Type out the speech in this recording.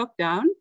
lockdown